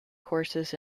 courses